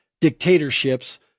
dictatorships